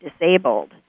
disabled